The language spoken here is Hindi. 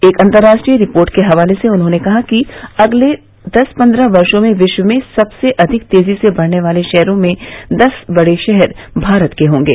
एक अन्तर्राष्ट्रीय रिपोर्ट के हवाले से उन्होंने कहा कि अगले दस पन्द्रह वर्षो में विश्व में सबसे अधिक तेजी से बढ़ने वाले शहरों में दस बड़े शहर भारत के होंगे